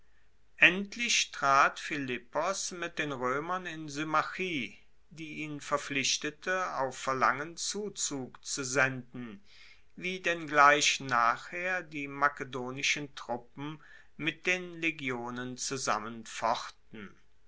endlich trat philippos mit den roemern in symmachie die ihn verpflichtete auf verlangen zuzug zu senden wie denn gleich nachher die makedonischen truppen mit den legionen